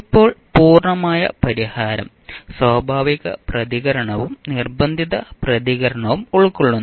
ഇപ്പോൾ പൂർണ്ണമായ പരിഹാരം സ്വാഭാവിക പ്രതികരണവും നിർബന്ധിത പ്രതികരണവും ഉൾക്കൊള്ളുന്നു